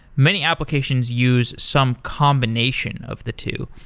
many applications use some combination of the two.